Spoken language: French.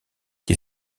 qui